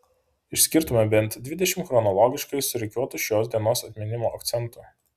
išskirtume bent dvidešimt chronologiškai surikiuotų šios dienos atminimo akcentų